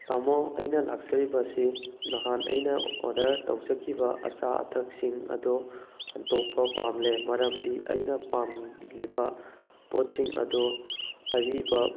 ꯇꯥꯃꯣ ꯑꯩꯅ ꯂꯥꯛꯆꯔꯤꯕ ꯑꯁꯤ ꯅꯍꯥꯟ ꯑꯩꯅ ꯑꯣꯗꯔ ꯇꯧꯖꯈꯤꯕ ꯑꯆꯥ ꯑꯊꯛꯁꯤꯡ ꯑꯗꯣ ꯍꯟꯗꯣꯛꯄ ꯄꯥꯝꯂꯦ ꯃꯔꯝꯗꯤ ꯑꯩꯅ ꯄꯥꯝꯂꯤꯕ ꯄꯣꯠꯁꯤꯡ ꯑꯗꯣ ꯑꯔꯤꯕ